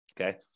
Okay